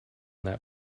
that